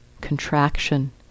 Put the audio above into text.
contraction